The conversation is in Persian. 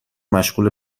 مشغوله